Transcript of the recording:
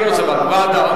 ועדה.